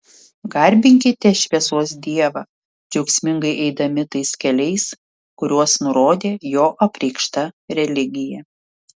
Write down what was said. garbinkite šviesos dievą džiaugsmingai eidami tais keliais kuriuos nurodė jo apreikšta religija